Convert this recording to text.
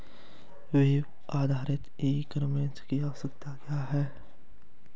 Web आधारित e commerce की आवश्यकता क्या है?